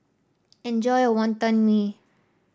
enjoy your Wonton Mee